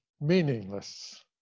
meaningless